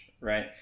right